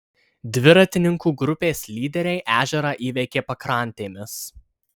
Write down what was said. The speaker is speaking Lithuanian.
dviratininkų grupės lyderiai ežerą įveikė pakrantėmis